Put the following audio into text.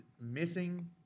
missing